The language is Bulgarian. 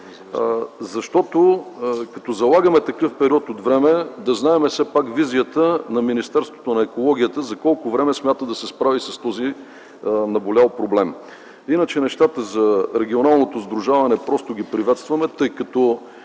Защото, като залагаме такъв период от време, да знаем все пак визията на Министерството на околната среда и водите за колко време смята да се справи с този наболял проблем. Иначе нещата за регионалното сдружаване просто ги приветстваме, тъй като